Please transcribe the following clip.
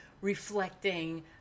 reflecting